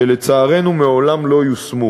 שלצערנו מעולם לא יושמו.